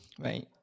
right